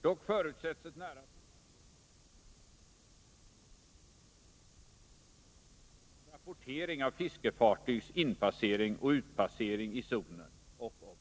Dock förutsätts ett nära samarbete med fiskeristyrelsen för bl.a. information om fisketillstånd och rapportering av fiskefartygs inpassering och utpassering i zonen och om fångster.